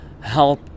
help